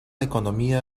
economía